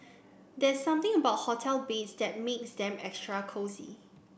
there's something about hotel beds that makes them extra cosy